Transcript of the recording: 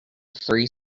three